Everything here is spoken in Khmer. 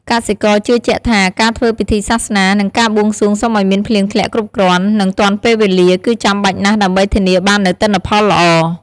កសិករជឿជាក់ថា ការធ្វើពិធីសាសនា និងការបួងសួងសុំឱ្យមានភ្លៀងធ្លាក់គ្រប់គ្រាន់ និងទាន់ពេលវេលា គឺចាំបាច់ណាស់ដើម្បីធានាបាននូវទិន្នផលល្អ។